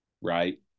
right